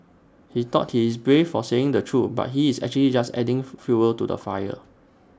he thought he's brave for saying the truth but he's actually just adding fuel to the fire